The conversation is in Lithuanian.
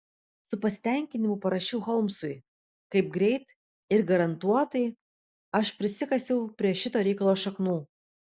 su pasitenkinimu parašiau holmsui kaip greit ir garantuotai aš prisikasiau prie šito reikalo šaknų